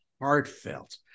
heartfelt